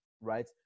right